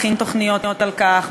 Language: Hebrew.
מכין תוכניות על כך,